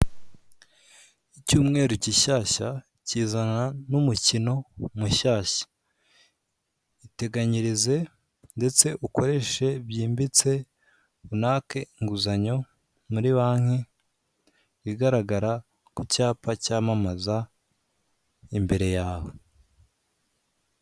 Icyumweru gishyashya kizana n'umukino mushyashya. Iteganyirize ndetse ukoreshe byimbitse, unake inguzanyo muri banki igaragara ku cyapa cyamamaza imbere yawe.